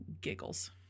giggles